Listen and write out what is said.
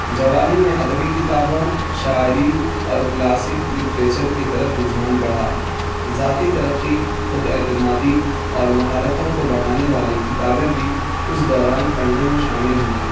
جوانی میں ادبی کتابوں شاعری اور کلاسک لٹریچر کی طرف رجحان بڑھا ذاتی ترقی خود اعتمادی اور مہارتوں کو بڑھانے والی کتابیں بھی اس دوران پڑھنے میں شامل ہوئیں